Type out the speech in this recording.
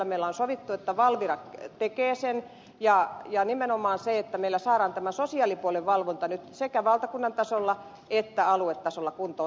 meillä on sovittu että valvira tekee sen ja nimenomaan niin että meillä saadaan tämä sosiaalipuolen valvonta nyt sekä valtakunnan tasolla että aluetasolla kuntoon